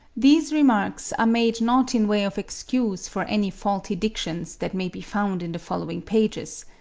these remarks are made not in way of excuse for any faulty dictions that may be found in the following pages.